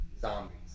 zombies